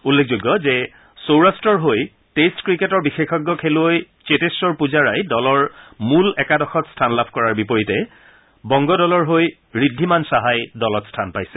উল্লেখযোগ্য যে সৌৰট্টৰ হৈ টেষ্ট ক্ৰিকেটৰ বিশেষজ্ঞ খেলুৱৈ ধেতেখৰ পূজাৰাই দলৰ মূল একাদশত স্থান লাভ কৰাৰ বিপৰীতে বংগ দলৰ হৈ ঋদ্ধিমান সাহাই স্থান পাইছে